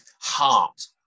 heart